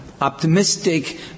optimistic